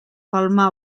palmar